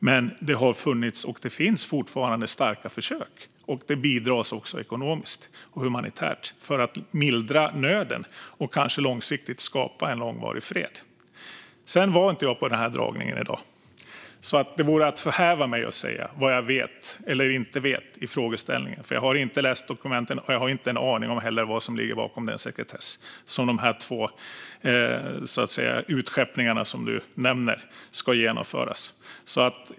Men det har gjorts, och det görs fortfarande, starka försök, och det bidras också ekonomiskt och humanitärt för att mildra nöden och kanske långsiktigt skapa en långvarig fred. Jag var inte med på föredragningen i dag, så det vore att förhäva mig att säga vad jag vet eller inte vet i frågeställningen. Jag har inte läst dokumenten, och jag har inte en aning om vad som ligger bakom den sekretess som gäller de två utskeppningar som du nämner som ska genomföras.